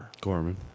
Gorman